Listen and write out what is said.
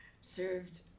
served